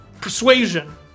Persuasion